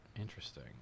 interesting